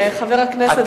חבר הכנסת זאב.